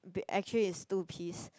actually is two piece